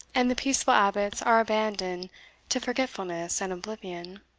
and the peaceful abbots are abandoned to forgetfulness and oblivion.